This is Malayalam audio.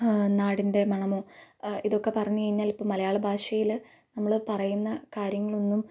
നാടിൻ്റെ മണമോ ഇതൊക്കെ പറഞ്ഞുകഴിഞ്ഞാൽ ഇപ്പം മലയാള ഭാഷയിൽ നമ്മൾ പറയുന്ന കാര്യങ്ങളൊന്നും